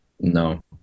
No